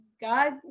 God